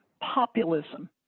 populism